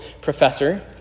professor